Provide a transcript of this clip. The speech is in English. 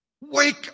Wake